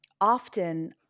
often